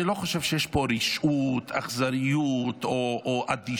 אני לא חושב שיש פה רשעות, אכזריות או אדישות,